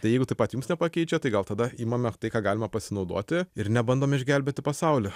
tai jeigu taip pat jums nepakeičia tai gal tada imame tai ką galima pasinaudoti ir nebandome išgelbėti pasaulį